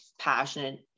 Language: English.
passionate